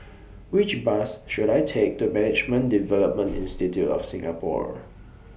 Which Bus should I Take to Management Development Institute of Singapore